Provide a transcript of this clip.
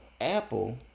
Apple